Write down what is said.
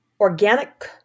organic